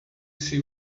see